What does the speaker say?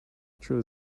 through